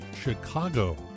Chicago